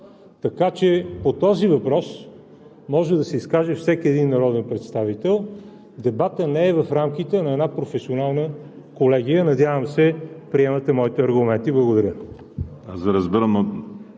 така че по този въпрос може да се изкаже всеки един народен представител. Дебатът не е в рамките на една професионална колегия. Надявам се, приемате моите аргументи. Благодаря.